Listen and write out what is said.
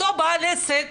אותו בעל עסק,